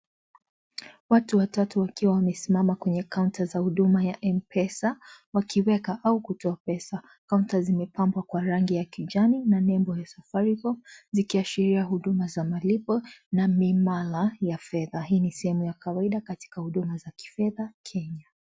Watu watatu wakiwa wamesimama kwenye counter za huduma ya Mpesa wakiweka au kutoa pesa. Counter zimepambwa kwa rangi ya kijani na nembo ya Safaricom zikiashiria huduma za malipo na mimala ya fedha, hii ni sehemu ya kawaida katika katika huduma za kifedha Kenya.